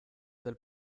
del